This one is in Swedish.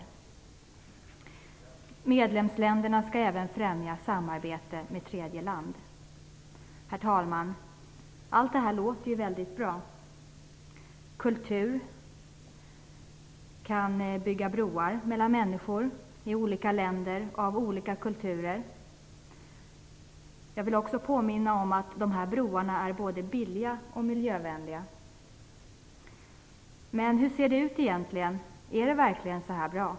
Medlemsländerna skall även främja samarbete med tredje land. Herr talman! Allt detta låter ju väldigt bra. Kultur kan bygga broar mellan människor i olika länder av olika kulturer. Jag vill också påminna om att dessa broar är både billiga och miljövänliga. Men hur ser det ut egentligen? Är det verkligen så här bra?